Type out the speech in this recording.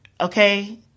okay